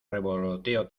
revoloteo